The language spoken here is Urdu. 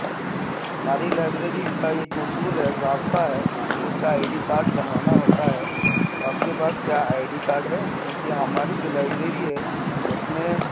ہماری لائیبریری کا ایک اصول ہے ضابطہ ہے کہ اس کا آئی ڈی کارڈ بنوانا ہوتا ہے اور آپ کے پاس کیا آئی ڈی کارڈ ہے کیوں کہ ہماری جو لائیبریری ہے اس میں